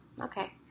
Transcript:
okay